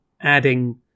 adding